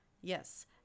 Yes